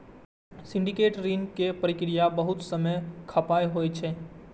syndicate ऋण के प्रक्रिया बहुत समय खपाऊ होइ छै